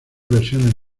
versiones